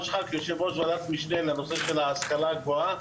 שלך כיו"ר ועדת המשנה להשכלה גבוהה,